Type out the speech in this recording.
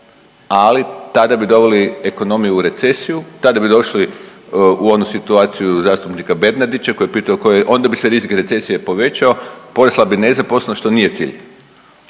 ali tada bi doveli ekonomiju u recesiju tada bi došli u onu situaciju zastupnika Bernardića koji je pitao, onda bi se rizik recesije povećao porasla bi nezaposlenost što nije cilj.